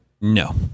No